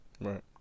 Right